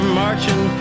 marching